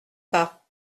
pas